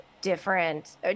different